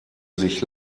sich